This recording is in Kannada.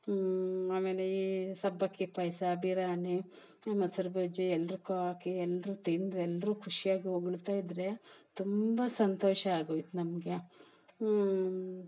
ಆಮೇಲೆ ಏ ಸಬ್ಬಕ್ಕಿ ಪಾಯ್ಸಾ ಬಿರ್ಯಾನಿ ಮೊಸ್ರು ಬಜಿ ಎಲ್ರುಗು ಹಾಕಿ ಎಲ್ಲರು ತಿಂದು ಎಲ್ಲರು ಖುಷಿಯಾಗಿ ಹೊಗುಳ್ತಯಿದ್ರೆ ತುಂಬ ಸಂತೋಷ ಆಗೋಯ್ತು ನಮಗೆ